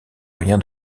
rien